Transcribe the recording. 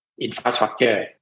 infrastructure